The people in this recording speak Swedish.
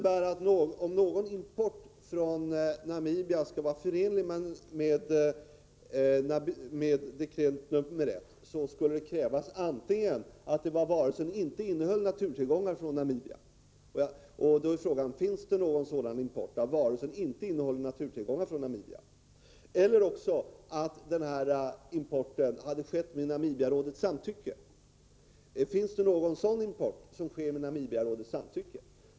För att import från Namibia skall vara förenlig med dekret nr 1, fordras antingen att det är varor som inte innehåller naturtillgångar från Namibia — finns det någon import från Namibia som inte innehåller naturtillgångar? — eller också att importen sker med Namibiarådets samtycke. Finns det någon import som sker med sådant samtycke?